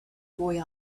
boy